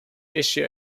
issue